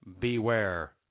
beware